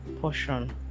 portion